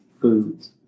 foods